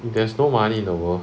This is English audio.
there's no money in the world